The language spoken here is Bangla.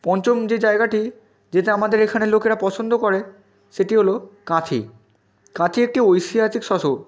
পঞ্চম যে জায়গাটি যেটা আমাদের এখানের লোকেরা পছন্দ করে সেটি হলো কাঁথি কাঁথি একটি ঐতিহাসিক শহর